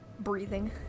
breathing